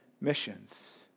missions